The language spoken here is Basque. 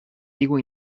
digu